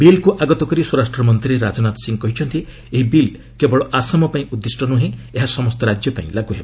ବିଲ୍କୁ ଆଗତ କରି ସ୍ୱରାଷ୍ଟ୍ର ମନ୍ତ୍ରୀ ରାଜନାଥ ସିଂହ କହିଛନ୍ତି ଏହି ବିଲ୍ କେବଳ ଆସାମ ପାଇଁ ଉଦ୍ଦିଷ୍ଟ ନୁହେଁ ଏହା ସମସ୍ତ ରାଜ୍ୟ ପାଇଁ ଲାଗୁ ହେବ